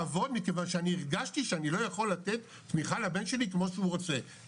מכיוון שאני הרגשתי שאני לא יכול לתת תמיכה לבן שלי כמו שהוא רוצה,